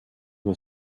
nur